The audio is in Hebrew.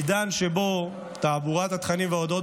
בעידן שבו תעבורת התכנים וההודעות